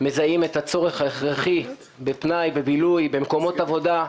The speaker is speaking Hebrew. מזהים את הצורך ההכרחי בפנאי ובילוי ובמקומות עבודה,